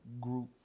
group